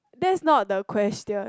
that's not the question